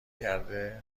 کرده